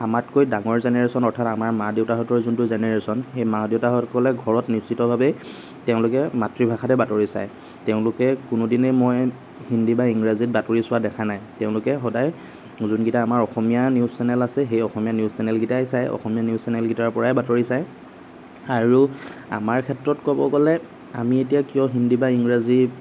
আমাতকৈ ডাঙৰ জেনেৰেশ্যন অৰ্থাৎ আমাৰ মা দেউতাৰ যোনটো জেনেৰেশ্যন সেই মা দেউতাসকলে ঘৰত নিশ্চিতভাৱেই তেওঁলোকে মাতৃভাষাতে বাতৰি চায় তেওঁলোকে কোনো দিনেই মই হিন্দী বা ইংৰাজীত বাতৰি চোৱা দেখা নাই তেওঁলোকে সদায় যোনকেইটা আমাৰ অসমীয়া নিউজ চেনেল আছে সেই অসমীয়া নিউজ চেনেলকেইটাই চাই অসমীয়া নিউজ চেনেলকেইটাৰ পৰাই বাতৰি চায় আৰু আমাৰ ক্ষেত্ৰত ক'ব গ'লে আমি এতিয়া কিয় হিন্দী বা ইংৰাজী